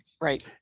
Right